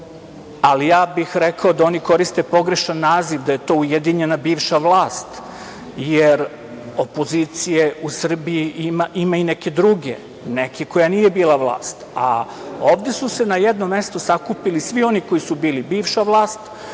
ali ja bih rekao da oni koriste pogrešan naziv, da je to ujedinjena bivša vlast, jer opozicije u Srbiji ima i neke druge, neke koja nije bila vlast, a ovde su se na jednom mestu sakupili svi oni koji su bili bivša vlast,